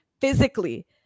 physically